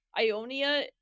Ionia